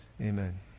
Amen